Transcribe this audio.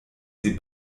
sie